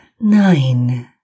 nine